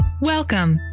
Welcome